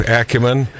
acumen